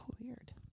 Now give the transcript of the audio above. weird